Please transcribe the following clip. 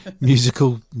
musical